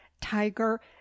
tiger